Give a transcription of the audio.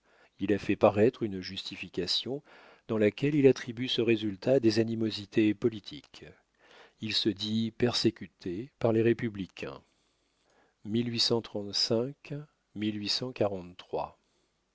il a fait paraître une justification dans laquelle il attribue ce résultat à des animosités politiques il se dit persécuté par les républicains